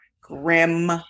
grim